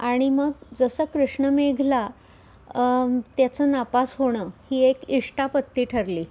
आणि मग जसं कृष्णमेघला त्याचं नापास होणं ही एक इष्टापत्ती ठरली